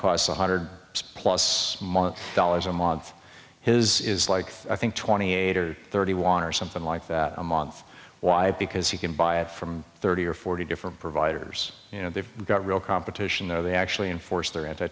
costs one hundred plus month dollars a month his is like i think twenty eight or thirty won or something like that a month why because he can buy it from thirty or forty different providers you know they've got real competition there they actually enforce their anti